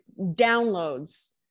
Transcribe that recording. downloads